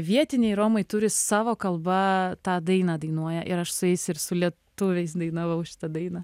vietiniai romai turi savo kalba tą dainą dainuoja ir aš su jais ir su lietuviais dainavau šitą dainą